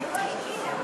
מה זה "הגיע"?